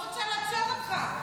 השומר?